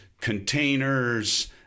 containers